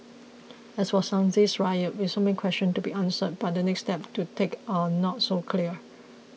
as for Sunday's riot with so many questions to be answered but the next steps to take are not so clear